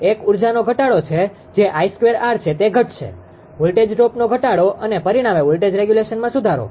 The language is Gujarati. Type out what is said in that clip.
એક ઊર્જાનો ઘટાડો છે જે 𝐼2𝑟 છે તે ઘટશે વોલ્ટેજ ડ્રોપનો ઘટાડો અને પરિણામે વોલ્ટેજ રેગ્યુલેશનમાં સુધારો